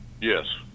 Yes